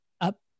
up